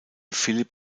philipp